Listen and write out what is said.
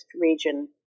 region